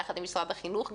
יחד עם משרד החינוך,